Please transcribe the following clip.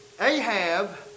Ahab